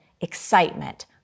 excitement